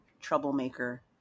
troublemaker